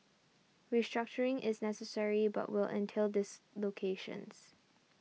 restructuring is necessary but will entail dislocations